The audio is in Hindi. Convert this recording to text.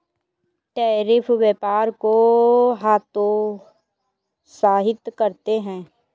टैरिफ व्यापार को हतोत्साहित करते हैं